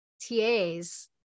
tas